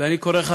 ואני קורא לך,